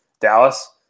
Dallas